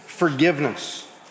Forgiveness